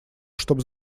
чтобы